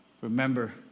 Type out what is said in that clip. Remember